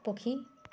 ପକ୍ଷୀ